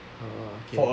oh okay